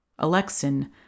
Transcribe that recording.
Alexin